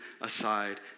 aside